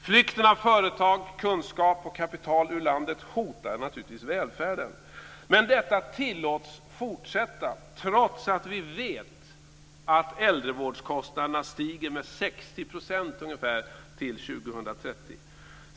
Flykten av företag, kunskap och kapital ur landet hotar naturligtvis välfärden, men detta tillåts fortsätta, trots att vi vet att äldrevårdskostnaderna stiger med ungefär 60 % till 2030.